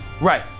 Right